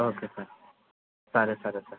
okay sir సరే సరే sir